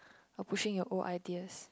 or pushing your old ideas